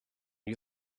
you